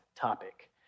topic